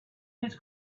his